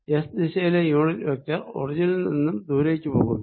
S ദിശയിലെ unit vector ഒറിജിനിൽ നിന്നും ദൂരേക്ക് പോകുന്നു